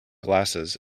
glasses